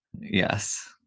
Yes